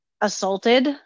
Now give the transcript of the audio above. assaulted